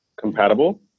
compatible